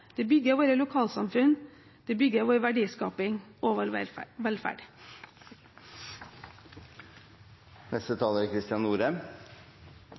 De bygger våre lokalsamfunn, de bygger vår verdiskaping og vår velferd.